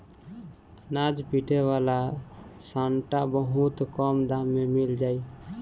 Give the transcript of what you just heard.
अनाज पीटे वाला सांटा बहुत कम दाम में मिल जाई